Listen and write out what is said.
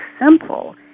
simple